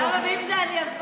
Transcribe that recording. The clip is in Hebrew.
ואם זה אני?